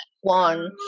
one